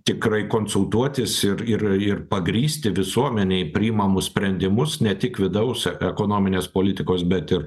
tikrai konsultuotis ir ir ir pagrįsti visuomenei priimamus sprendimus ne tik vidaus ekonominės politikos bet ir